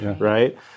right